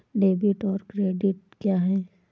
Debit और credit क्या है?